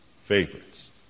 favorites